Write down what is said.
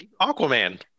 Aquaman